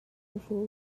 hmu